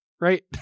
Right